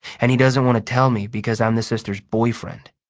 and he doesn't want to tell me because i'm the sister's boyfriend.